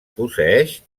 posseeix